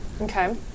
Okay